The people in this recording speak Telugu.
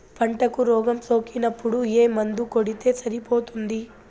పంటకు రోగం సోకినపుడు ఏ మందు కొడితే సరిపోతుంది?